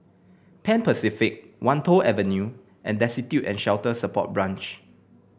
Pan Pacific Wan Tho Avenue and Destitute and Shelter Support Branch